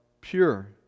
pure